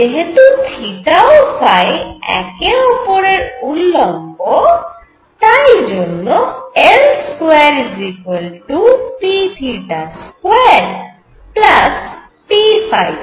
যেহেতু ও একে অপরের উল্লম্ব তাই L2p2p2